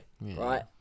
right